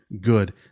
good